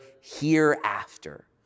hereafter